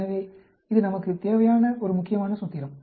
எனவே இது நமக்கு தேவையான ஒரு முக்கியமான சூத்திரம்